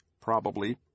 Probably